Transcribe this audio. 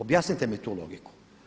Objasnite mi tu logiku.